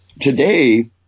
Today